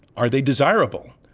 are they desirable?